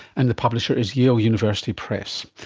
and the publisher is yale university press.